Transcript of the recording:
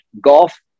golf